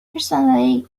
personally